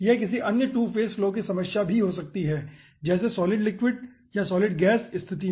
यह किसी अन्य 2 फेज फ्लो की समस्या भी हो सकती है जैसे सॉलिड लिक्विड या सॉलिड गैस स्तिथि में